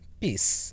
peace